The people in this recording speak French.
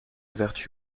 vertu